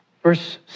Verse